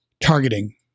targeting